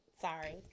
Sorry